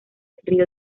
río